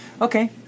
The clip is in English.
Okay